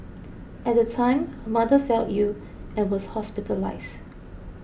at the time her mother fell ill and was hospitalised